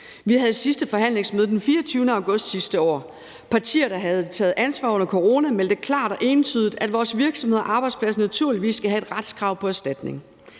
Vi havde det sidste forhandlingsmøde den 24. august sidste år. Partier, der havde taget ansvar under corona, meldte klart og entydigt ud, at vores virksomheder og arbejdspladser naturligvis skal have et retskrav på erstatning.